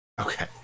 Okay